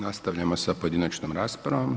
Nastavljamo sa pojedinačnom raspravom.